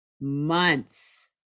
months